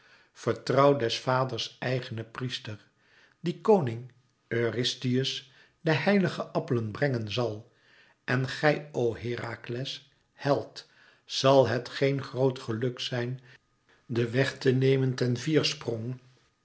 vertrouw des vaders eigenen priester die koning eurystheus de heilige appelen brengen zal en gij o herakles held zal het geen groot geluk zijn den weg te nemen ten